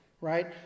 right